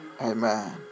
Amen